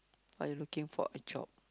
are you looking for a job